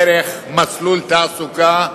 דרך מסלול תעסוקה,